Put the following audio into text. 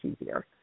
easier